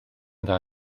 dda